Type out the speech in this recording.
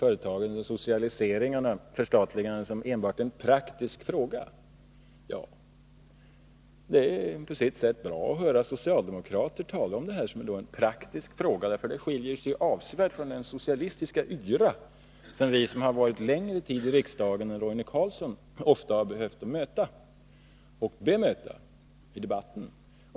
Statsrådet talar om förstatligande enbart som en praktisk fråga. Det är på sitt sätt bra att höra socialdemokrater tala om detta som en praktisk fråga — det skiljer ju sig avsevärt från den socialistiska yra som vi som varit i riksdagen längre än Roine Carlsson ofta har behövt möta och bemöta i debatten.